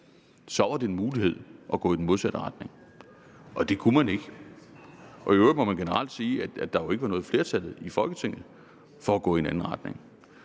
var det en mulighed at gå i den modsatte retning. Det kunne man ikke. I øvrigt må man generelt sige, at der ikke var noget flertal i Folketinget for at gå i en anden retning.